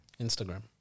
Instagram